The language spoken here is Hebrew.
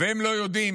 והם לא יודעים